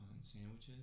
sandwiches